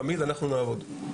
תמיד אנחנו נעבוד.